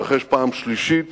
יתרחש פעם שלישית